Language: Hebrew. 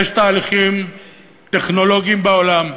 יש תהליכים טכנולוגיים בעולם,